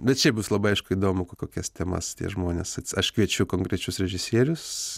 bet šiaip bus labai aišku įdomu kokias temas tie žmonės aš kviečiu konkrečius režisierius